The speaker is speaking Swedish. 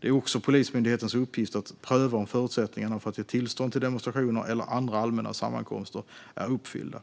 Det är också Polismyndighetens uppgift att pröva om förutsättningarna för att ge tillstånd till demonstrationer eller andra allmänna sammankomster är uppfyllda.